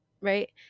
Right